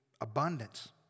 abundance